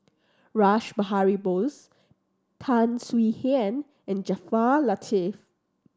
Rash Behari Bose Tan Swie Hian and Jaafar Latiff